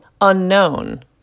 unknown